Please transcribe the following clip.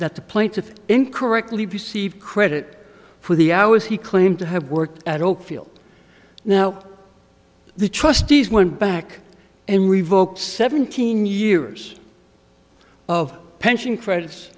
that the plaintiff incorrectly received credit for the hours he claimed to have worked at oakfield now the trustees went back and revoked seventeen years of pension